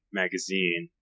magazine